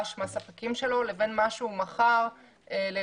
מהספקים שלו לבין מה שהוא מכר ללקוחות